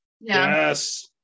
yes